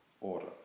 order